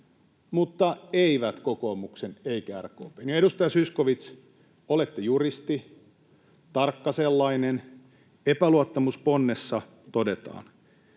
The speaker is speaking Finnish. mutta eivät kokoomuksen eivätkä RKP:n. Ja, edustaja Zyskowicz, olette juristi, tarkka sellainen. Epäluottamusponnessa todetaan